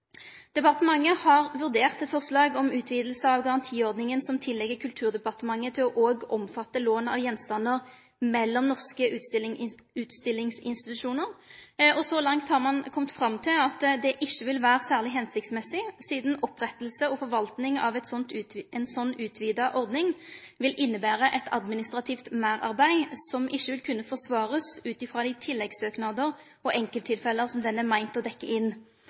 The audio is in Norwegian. Departementet har vurdert eit forslag om utviding av garantiordninga, som ligg til Kulturdepartementet, til òg å omfatte lån av gjenstandar mellom norske utstillingsinstitusjonar. Så langt har ein kome fram til at det ikkje vil vere særleg føremålstenleg, sidan oppretting og forvalting av ei slik utvida ordning vil innebere eit administrativt meirarbeid som ikkje vil kunne forsvarast ut frå dei tilleggssøknadene på enkelttilfelle som ho er meint å dekkje inn.